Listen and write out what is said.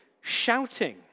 shouting